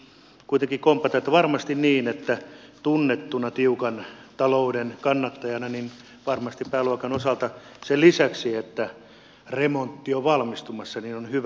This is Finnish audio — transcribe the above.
täytyy kuitenkin kompata että varmasti on niin että kun on tunnettu tiukan talouden kannattaja niin se pääluokan osalta sen lisäksi että remontti on valmistumassa on hyvä